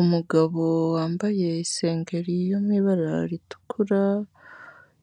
Umugabo wambaye isengeri yo mu ibara ritukura,